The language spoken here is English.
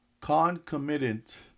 concomitant